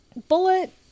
Bullet